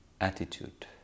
attitude